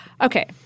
okay